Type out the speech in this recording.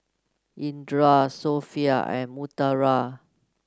Indra Sofea and Putera